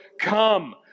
come